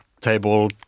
table